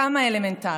כמה אלמנטרי.